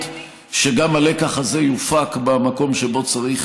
שגם הלקח הזה יופק במקום שבו צריך